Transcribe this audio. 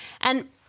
And-